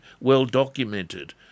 well-documented